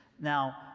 Now